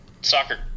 soccer